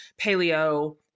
paleo